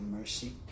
mercy